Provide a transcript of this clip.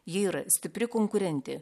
ji yra stipri konkurentė